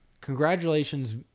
congratulations